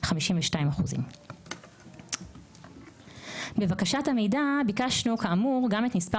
52%. בבקשת המידע ביקשנו כאמור גם את מספר